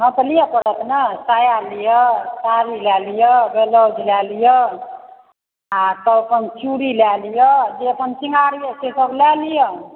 हँ तऽ लिअ पड़त ने साया लिअ साड़ी लिअ ब्लाउज लए लिअ आ अपन चुड़ी लए लिअ जे अपन शृंगारके यऽ से लए लिअ